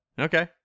Okay